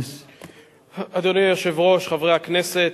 אדוני היושב-ראש, חברי הכנסת,